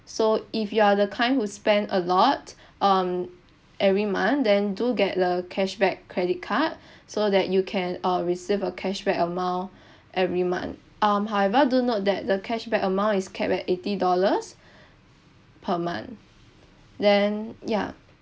so if you are the kind who spend a lot um every month then do get the cashback credit card so that you can uh receive a cashback amount every month um however do note that the cashback amount is capped at eighty dollars per month then yeah